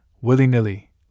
willy-nilly